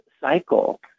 cycle